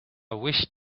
wish